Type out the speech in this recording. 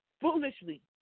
foolishly